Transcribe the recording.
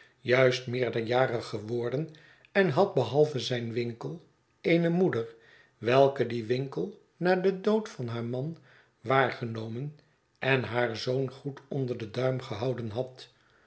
juist meerderjarig geworden en had behalve zijn winkel eene moeder welke dien winkel na den dood van haar man waargenomen en haar zoon goed onder den duim gehouden had